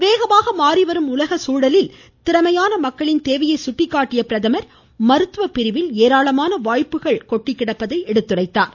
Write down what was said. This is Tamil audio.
வேகமாக மாறிவரும் உலக சூழலில் திறமையான மக்களின் தேவையை சுட்டிக்காட்டிய பிரதமர் மருத்துவ பிரிவில் ஏராளமான வாய்ப்புகள் இருப்பதை எடுத்துரைத்தார்